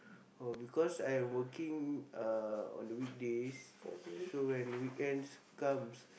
oh because I working uh on the weekdays so when weekends comes